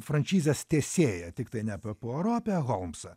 frančizės tesėja tiktai ne apie puaro apie holmsą